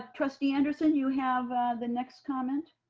ah trustee anderson, you have the next comment?